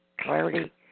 clarity